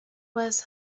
was